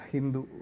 Hindu